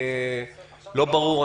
לא ברור.